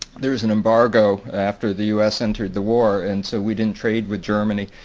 there is an embargo after the u s. entered the war and so we didn't trade with germany.